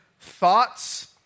thoughts